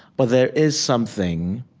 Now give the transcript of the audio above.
but there is something,